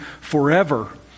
forever